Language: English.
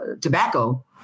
tobacco